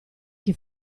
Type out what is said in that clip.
chi